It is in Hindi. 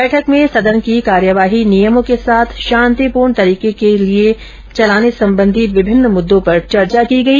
बैठक में सदन की कार्यवाही नियमों के साथ शांतिपूर्णक तरीके के साथ चलाने संबंधी विभिन्न मुददों पर चर्चा की गई